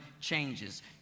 changes